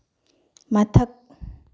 ꯃꯊꯛ